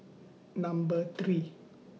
Number three